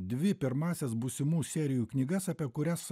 dvi pirmąsias būsimų serijų knygas apie kurias